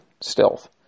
stealth